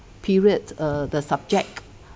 periods err the subject